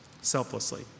selflessly